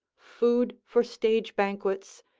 food for stage banquets,